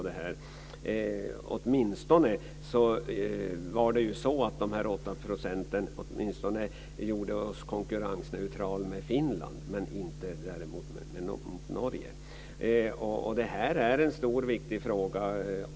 Dessa 8 % gjorde oss åtminstone konkurrensneutrala gentemot Finland - däremot inte gentemot Norge. Det här är en stor och viktig fråga.